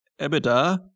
EBITDA